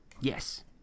Yes